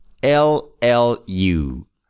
L-L-U